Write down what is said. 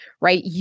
right